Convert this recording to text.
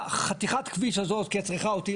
חתיכת הכביש הזאת כי את צריכה אותי,